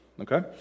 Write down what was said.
Okay